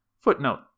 Footnote